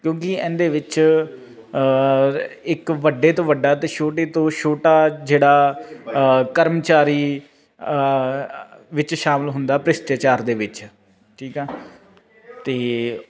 ਕਿਉਂਕਿ ਇਹਦੇ ਵਿੱਚ ਇੱਕ ਵੱਡੇ ਤੋਂ ਵੱਡਾ ਅਤੇ ਛੋਟੇ ਤੋਂ ਛੋਟਾ ਜਿਹੜਾ ਕਰਮਚਾਰੀ ਵਿੱਚ ਸ਼ਾਮਿਲ ਹੁੰਦਾ ਭ੍ਰਿਸ਼ਟਾਚਾਰ ਦੇ ਵਿੱਚ ਠੀਕ ਆ ਅਤੇ